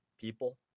people